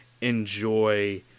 enjoy